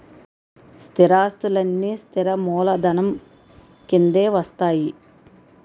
స్థిరాస్తులన్నీ స్థిర మూలధనం కిందే వస్తాయి